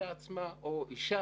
אדוני